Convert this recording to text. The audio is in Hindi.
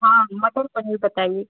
हाँ मटर पनीर बताइए